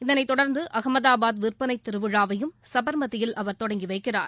இதனை தொடர்ந்து அகமதாபாத் விற்பனை திருவிழாவையும் சபர்மதியில் அவர் தொடங்கி வைக்கிறார்